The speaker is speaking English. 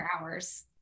hours